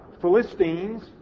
Philistines